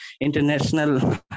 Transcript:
international